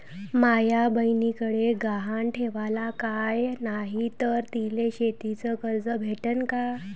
माया बयनीकडे गहान ठेवाला काय नाही तर तिले शेतीच कर्ज भेटन का?